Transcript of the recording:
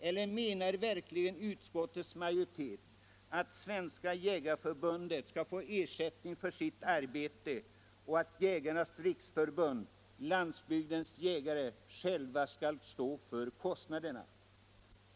Utskottsmajoriteten kan väl ändå inte mena att Svenska Jägareförbundet skall få ersättning för sitt arbete, medan Jägarnas riksförbund-Landsbygdens jägare själva skall stå för sina kostnader?